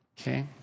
Okay